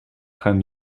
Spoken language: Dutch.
gaan